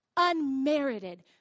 unmerited